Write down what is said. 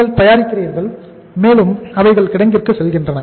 நீங்கள் தயாரிக்கிறீர்கள் மேலும் அவைகள் கிடங்கிற்கு செல்கின்றன